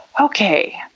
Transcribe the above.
okay